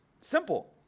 simple